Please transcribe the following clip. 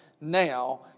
now